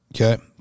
Okay